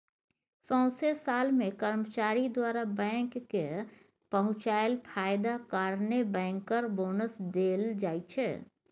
सौंसे साल मे कर्मचारी द्वारा बैंक केँ पहुँचाएल फायदा कारणेँ बैंकर बोनस देल जाइ छै